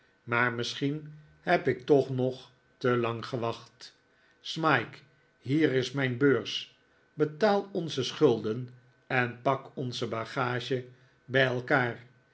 maar misschien heb ik toch nog te lang gewacht smike hier is mijn beurs betaal onze schulden en pak onze bagage bij elkaar